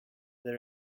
the